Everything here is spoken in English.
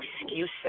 excuses